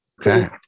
Okay